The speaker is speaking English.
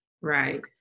Right